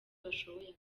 bashoboye